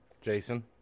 Jason